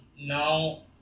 now